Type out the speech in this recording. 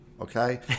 okay